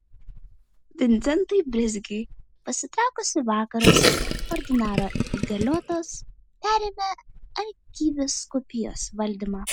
vincentui brizgiui pasitraukus į vakarus ordinaro įgaliotas perėmė arkivyskupijos valdymą